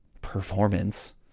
performance